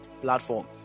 platform